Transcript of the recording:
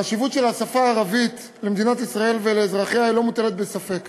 החשיבות של השפה הערבית למדינת ישראל ולאזרחיה לא מוטלת בספק.